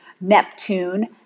Neptune